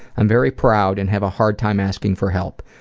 i'm very proud and have a hard time asking for help.